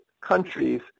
countries